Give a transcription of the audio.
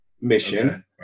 Mission